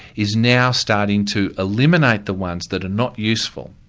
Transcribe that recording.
is now starting to eliminate the ones that are not useful,